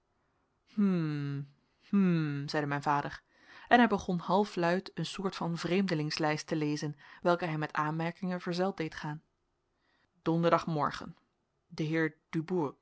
hm zeide mijn vader en hij begon halfluid een soort van vreemdelingslijst te lezen welke hij met aanmerkingen verzeld deed gaan donderdag